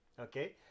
Okay